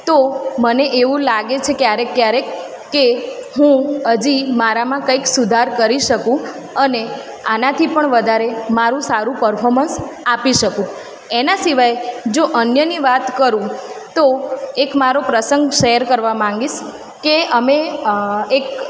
તો મને એવું લાગે છે ક્યારેક ક્યારેક કે હું હજી મારામાં કંઈક સુધાર કરી શકું અને આનાથી પણ વધારે મારું સારું પર્ફોમન્સ આપી શકું એના સિવાય જો અન્યની વાત કરું તો એક મારો પ્રસંગ શેર કરવા માગીશ કે અમે એક